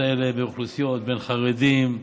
האלה באוכלוסיות בין חרדים לערבים,